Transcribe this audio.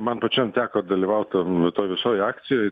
man pačiam teko dalyvaut tom toj visoj akcijoj